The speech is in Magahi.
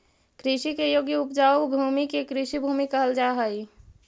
कृषि के योग्य उपजाऊ भूमि के कृषिभूमि कहल जा हई